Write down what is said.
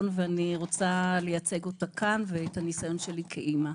ואני רוצה לייצג אותה כאן ואת הניסיון שלי כאימא.